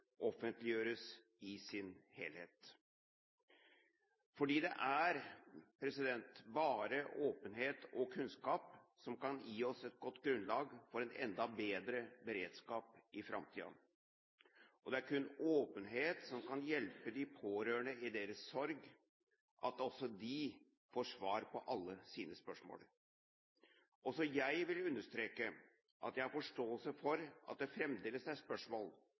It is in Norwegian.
offentliggjøres i sin helhet. Det er bare åpenhet og kunnskap som kan gi oss et godt grunnlag for en enda bedre beredskap i framtiden, og det er kun åpenhet som kan hjelpe de pårørende i deres sorg, slik at også de får svar på alle sine spørsmål. Også jeg vil understreke at jeg har forståelse for at det fremdeles er spørsmål